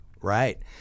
Right